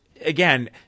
again